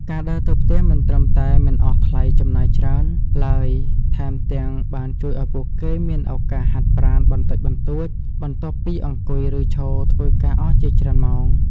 ការដើរទៅផ្ទះមិនត្រឹមតែមិនអស់ថ្លៃចំណាយឡើយ ថែមទាំងបានជួយឱ្យពួកគេមានឱកាសហាត់ប្រាណបន្តិចបន្តួចបន្ទាប់ពីអង្គុយឬឈរធ្វើការអស់ជាច្រើនម៉ោង។